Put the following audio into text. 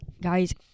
guys